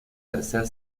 tercer